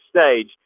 stage